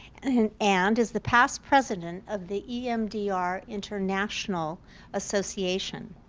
and and as the past president of the emdr international association.